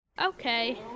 Okay